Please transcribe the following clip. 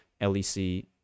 LEC